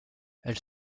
elle